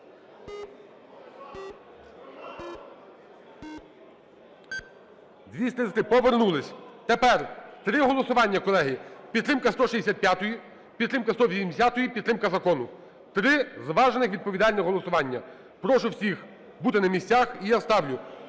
голосувати. 13:51:14 За-233 Тепер три голосування, колеги: підтримка 165-ї, підтримка 180-ї, підтримка закону. Три зважених і відповідальних голосування. Прошу всіх бути на місцях. І я ставлю,